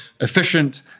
efficient